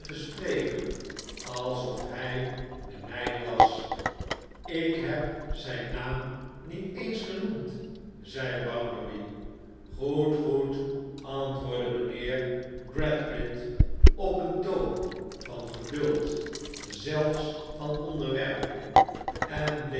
spreken alsof hij de mijne was ik heb zijn naam niet eensgenoemd zeide bounderby goed goed antwoordde mijnheer gradgrind op een toon van geduld zelfs van onderwerping en bleef